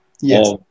Yes